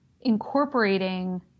incorporating